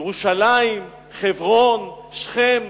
ירושלים, חברון, שכם,